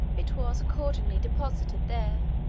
it was accordingly deposited there,